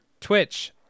twitch